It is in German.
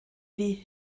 wie